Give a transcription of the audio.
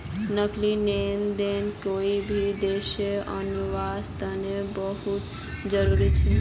नकदी लेन देन कोई भी देशर अर्थव्यवस्थार तने बहुत जरूरी छ